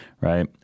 right